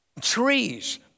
trees